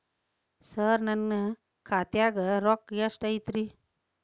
ಸರ ನನ್ನ ಖಾತ್ಯಾಗ ರೊಕ್ಕ ಎಷ್ಟು ಐತಿರಿ?